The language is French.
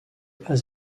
pas